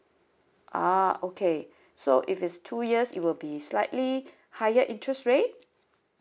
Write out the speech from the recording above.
ah okay so if it's two years it will be slightly higher interest rate